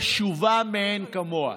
חשובה מאין כמוה.